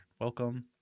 Welcome